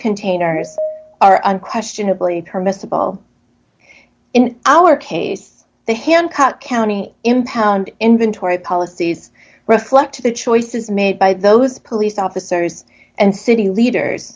containers are unquestionably permissible in our case the hancock county impound inventory policies reflect the choices made by those police officers and city leaders